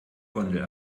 gondel